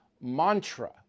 mantra